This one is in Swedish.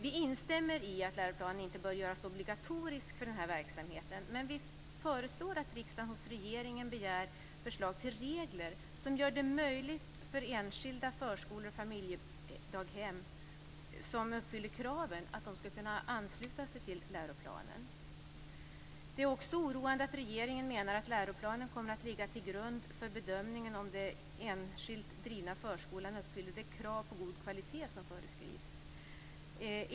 Vi instämmer i att läroplanen inte bör göras obligatorisk för dessa verksamheter, men vi föreslår att riksdagen hos regeringen begär förslag till regler som gör det möjligt för enskilda förskolor och familjedaghem som uppfyller kraven att ansluta sig till läroplanen. Det är också oroande att regeringen menar att läroplanen kommer att ligga till grund för bedömningen om den enskilda förskolan uppfyller det krav på god kvalitet som föreskrivs.